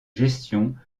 gestion